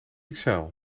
ixelles